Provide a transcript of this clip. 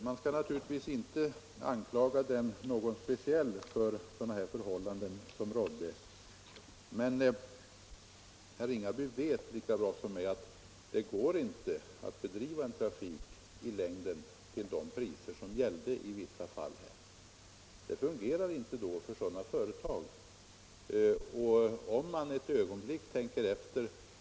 Man skall naturligtvis inte anklaga någon speciell för de förhållanden som rådde, men herr Ringaby vet lika bra som jag att det inte i längden går att bedriva en trafik till de priser som gällde i vissa fall. Det fungerar inte i längden.